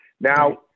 Now